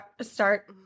start